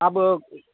अब